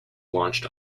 launched